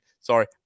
Sorry